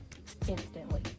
instantly